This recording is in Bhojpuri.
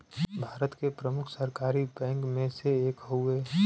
भारत के प्रमुख सरकारी बैंक मे से एक हउवे